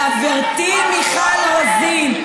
חברתי מיכל רוזין,